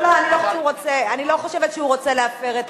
לא, אני לא חושבת שהוא רוצה להפר את